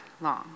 long